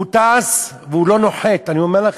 הוא טס, והוא לא נוחת, אני אומר לכם.